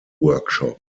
workshop